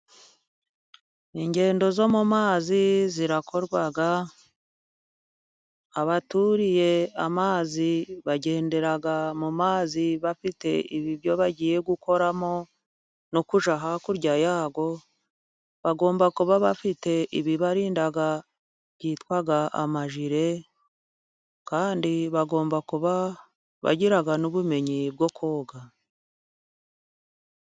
Ingendo zo mu mazi zirakorwa, abaturiye amazi bagendera mu mazi bafite ibyo bagiye gukoramo no kujya hakurya yayo, bagomba kuba bafite ibibarinda byitwa amajire, kandi bagomba kuba bagira n'ubumenyi bwo koga.